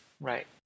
Right